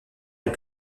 les